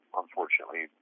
unfortunately